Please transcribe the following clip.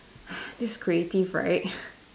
this is creative right